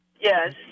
Yes